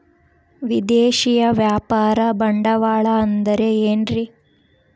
ವಿದೇಶಿಯ ವ್ಯಾಪಾರ ಬಂಡವಾಳ ಅಂದರೆ ಏನ್ರಿ?